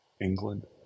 England